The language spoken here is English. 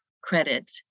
credit